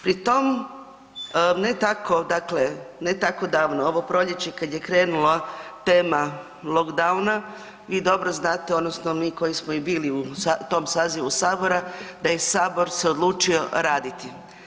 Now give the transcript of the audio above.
Pri tom ne tako dakle, ne tako davno ovo proljeće kad je krenula tema lockdown vi dobro znate odnosno mi koji smo i bili u tom sazivu sabora da je sabor se odlučio raditi.